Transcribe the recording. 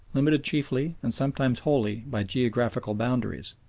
limited chiefly and sometimes wholly by geographical boundaries,